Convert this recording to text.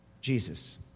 Jesus